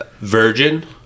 Virgin